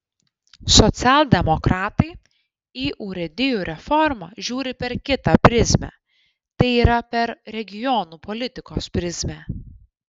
socialdemokratai į urėdijų reformą žiūri per kitą prizmę tai yra per regionų politikos prizmę